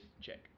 Check